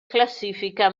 classifica